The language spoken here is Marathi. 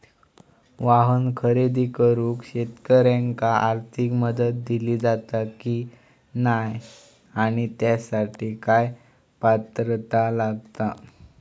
वाहन खरेदी करूक शेतकऱ्यांका आर्थिक मदत दिली जाता की नाय आणि त्यासाठी काय पात्रता लागता?